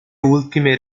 ultime